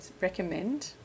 recommend